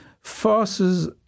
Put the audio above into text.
forces